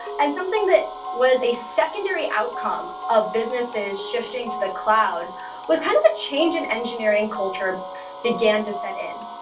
and something that was a secondary outcome of businesses shifting to the cloud was kind of a change and engineering culture began to set in.